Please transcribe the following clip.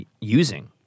using